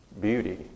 beauty